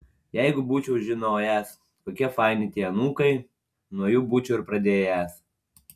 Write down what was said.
jeigu būčiau žinojęs kokie faini tie anūkai nuo jų būčiau ir pradėjęs